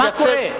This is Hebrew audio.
מה קורה?